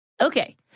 Okay